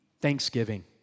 thanksgiving